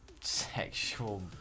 sexual